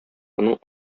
моның